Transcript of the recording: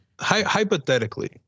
Hypothetically